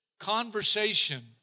conversation